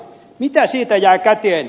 mitä siitä jää käteen